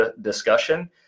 discussion